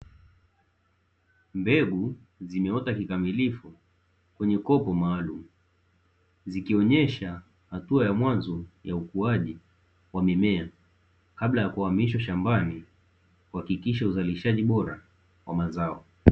Mbegu zimeota kikamilifu kwenye kopo maalumu, zikionyesha hatua ya mwanzo ya ukuaji wa mimea, kabla ya kuhamishwa shambani kuhakikisha uzalishaji bora wa mazao.